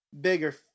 bigger